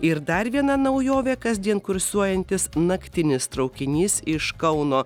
ir dar viena naujovė kasdien kursuojantis naktinis traukinys iš kauno